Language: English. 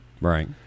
Right